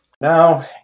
now